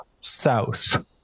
south